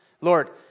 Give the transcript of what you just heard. Lord